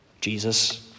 Jesus